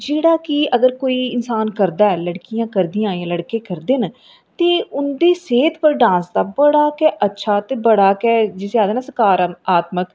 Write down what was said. जेह्ड़ा अगर कोई इन्सान करदा ऐ लड़कियां करदियां न लड़के करदे न ते उं'दी सेह्त पर ड़ांस दा बड़ा गै अच्छा बड़ा गै जिसी आखदे ना सकरात्मक